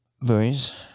Boys